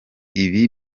ibi